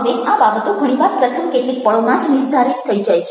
હવે આ બાબતો ઘણી વાર પ્રથમ કેટલીક પળોમાં જ નિર્ધારિત થઈ જાય છે